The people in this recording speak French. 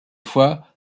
fois